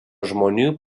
žmonių